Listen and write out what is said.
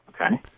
Okay